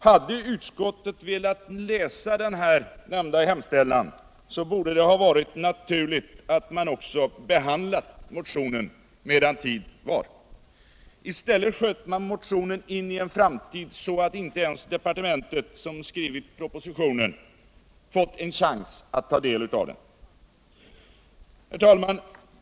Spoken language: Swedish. Hade utskottet läst nämnda hemställan borde det ha varit naturligt att man också behandlat motionen mudan tid var. I stället sköt man motionen på framtiden. så att inte ens departemeniet. som skrivit proposivionen, fått en chans att ta del av den. | Herr talman!